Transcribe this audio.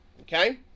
Okay